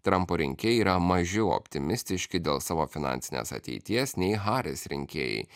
trumpo rinkėjai yra mažiau optimistiški dėl savo finansinės ateities nei haris rinkėjai